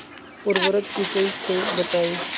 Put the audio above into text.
उर्वरक की होई छई बताई?